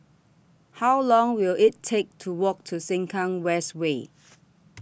How Long Will IT Take to Walk to Sengkang West Way